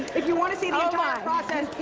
if you want to see the whole ah process,